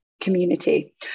community